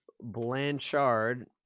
Blanchard